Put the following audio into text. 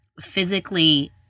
physically